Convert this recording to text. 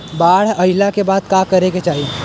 बाढ़ आइला के बाद का करे के चाही?